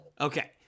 Okay